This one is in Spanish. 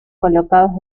colocados